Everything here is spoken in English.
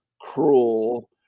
cruel